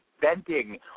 venting